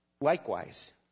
Likewise